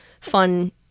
fun